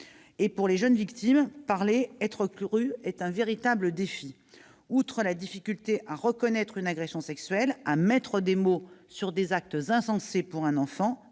Pour les jeunes victimes, parler et être crues est un véritable défi. Outre la difficulté de reconnaître une agression sexuelle, de mettre des mots sur des actes insensés, d'identifier